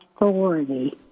authority